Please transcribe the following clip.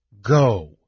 go